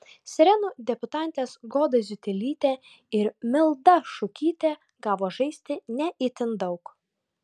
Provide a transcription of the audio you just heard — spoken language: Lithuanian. sirenų debiutantės goda ziutelytė ir milda šukytė gavo žaisti ne itin daug